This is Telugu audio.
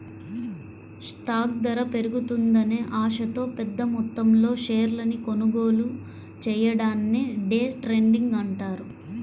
స్టాక్ ధర పెరుగుతుందనే ఆశతో పెద్దమొత్తంలో షేర్లను కొనుగోలు చెయ్యడాన్ని డే ట్రేడింగ్ అంటారు